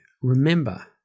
Remember